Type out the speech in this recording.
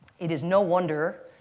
it is no wonder,